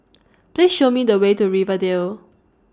Please Show Me The Way to Rivervale